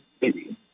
baby